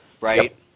right